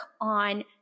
on